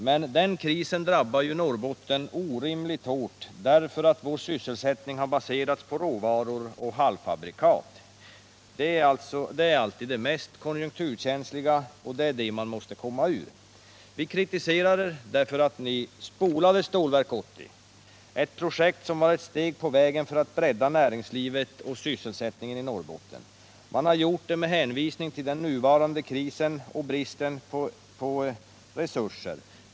Men den krisen drabbar ju Norrbotten orimligt hårt, eftersom vår sysselsättning baserats på råvaror och halvfabrikat. De är alltid mest konjunkturkänsliga, och det är det man måste komma ur. Vi kritiserar er därför att ni spolade Stålverk 80, ett projekt som var ett steg på vägen för att bredda näringslivet och sysselsättningen i Norrbotten. Ni gjorde det med hänvisning till den nuvarande krisen och bristen på resurser.